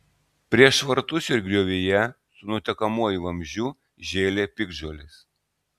prieš vartus ir griovyje su nutekamuoju vamzdžiu žėlė piktžolės